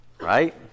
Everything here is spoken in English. Right